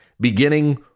beginning